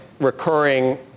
recurring